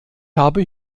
habe